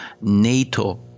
NATO